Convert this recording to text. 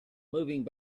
moving